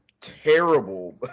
terrible